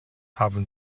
haben